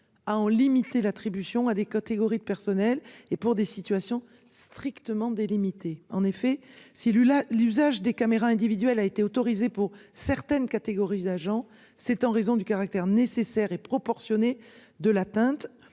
à en limiter l'attribution à des catégories de personnel et pour des situations strictement délimité. En effet si Lula l'usage des caméras individuelles, a été autorisée pour certaines catégories agents c'est en raison du caractère nécessaire et proportionné de l'atteinte